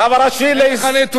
הרב הראשי, אין לך נתונים.